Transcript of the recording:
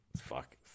Fuck